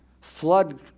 Flood